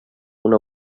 una